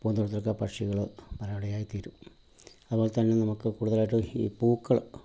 പൂന്തോട്ടത്തിലെ പക്ഷികൾ പരിപാടിയായി തീരും അതുപോലെ തന്നെ നമുക്ക് കൂടുതലായിട്ടും ഈ പൂക്കൾ